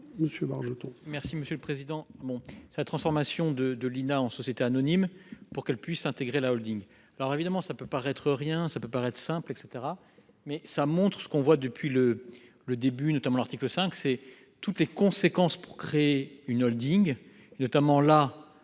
Merci monsieur le président. Bon c'est transformation de de l'INA en société anonyme pour qu'elle puisse intégrer la Holding. Alors évidemment ça peut paraître rien ça peut paraître simple et cetera mais ça montre ce qu'on voit depuis le le début, notamment l'article 5, c'est toutes les conséquences pour créer une Holding notamment la.